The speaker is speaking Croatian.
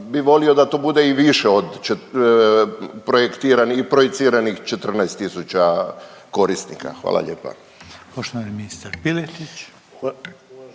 bi volio da to bude i više od projektiranih i projiciranih 14 tisuća korisnika. Hvala lijepa.